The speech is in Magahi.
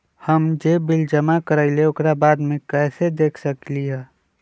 हम जे बिल जमा करईले ओकरा बाद में कैसे देख सकलि ह?